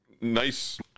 nice